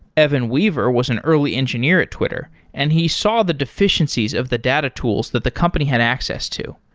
evan weaver was an early engineer at twitter and he saw the deficiencies of the data tools that the company had access to.